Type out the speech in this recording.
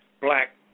black